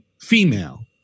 female